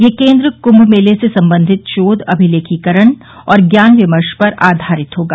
यह केन्द्र कुम मेले से संबंधित शोध अमिलेखीकरण और ज्ञान विमर्श पर आधारित होगा